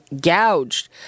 gouged